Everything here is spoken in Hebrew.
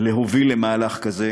להוביל למהלך כזה,